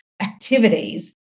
activities